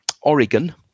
Oregon